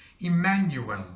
Emmanuel